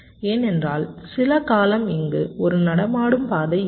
ஏனென்றால் சில காலம் இங்கு ஒரு நடமாடும் பாதை இருக்கும்